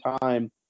time